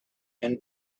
and